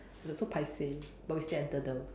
so paiseh but we still enter though